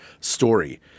story